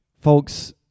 Folks